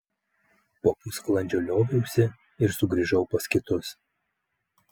po pusvalandžio lioviausi ir sugrįžau pas kitus